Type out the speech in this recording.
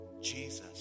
jesus